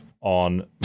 on